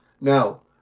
Now